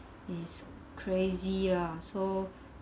is crazy lah so